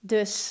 Dus